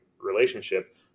relationship